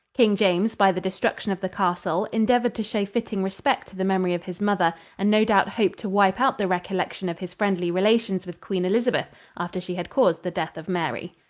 king james, by the destruction of the castle, endeavored to show fitting respect to the memory of his mother and no doubt hoped to wipe out the recollection of his friendly relations with queen elizabeth after she had caused the death of mary.